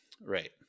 Right